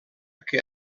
que